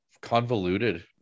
convoluted